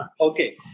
Okay